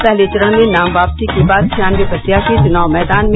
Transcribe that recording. पहले चरण में नाम वापसी के बाद छियान्नबे प्रत्याशी चुनाव मैदान में